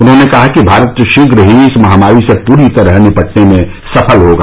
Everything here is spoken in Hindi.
उन्होंने कहा कि भारत शीघ्र ही इस महामारी से पूरी तरह निपटने में सफल होगा